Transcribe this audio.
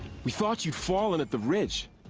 we thought you'd fallen at the ridge!